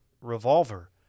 revolver